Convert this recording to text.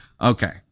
okay